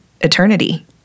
eternity